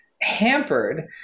hampered